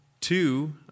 Two